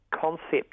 concept